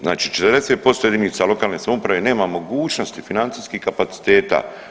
Znači 40% jedinica lokalne samouprave nema mogućnosti, financijskih kapaciteta.